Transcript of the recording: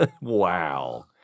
wow